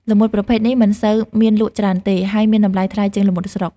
ល្មុតប្រភេទនេះមិនសូវមានលក់ច្រើនទេ ហើយមានតម្លៃថ្លៃជាងល្មុតស្រុក។